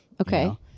okay